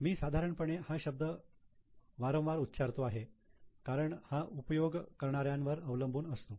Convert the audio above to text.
मी 'साधारणपणे' हा शब्द वारंवार उच्चारतो आहे कारण हा उपयोग करणाऱ्यावर अवलंबून असतो